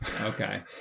Okay